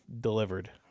delivered